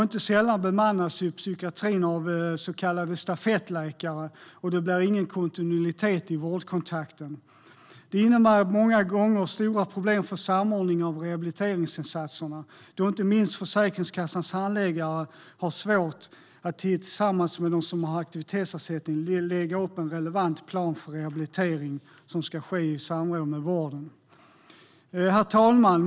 Inte sällan bemannas psykiatrin av så kallade stafettläkare, och då blir det ingen kontinuitet i vårdkontakterna. Det innebär många gånger stora problem för samordningen av rehabiliteringsinsatserna, då inte minst Försäkringskassans handläggare har svårt att tillsammans med den som har aktivitetsersättning lägga upp en relevant plan för rehabilitering, som ska ske i samråd med vården. Herr talman!